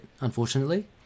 unfortunately